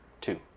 two